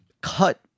cut